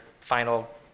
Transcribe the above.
final